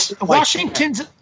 Washington's